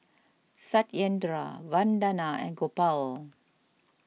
Satyendra Vandana and Gopal